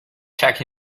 check